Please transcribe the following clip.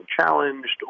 challenged